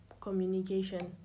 communication